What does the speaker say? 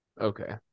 Okay